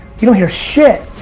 you don't hear shit.